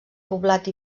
poblat